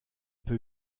peu